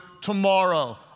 tomorrow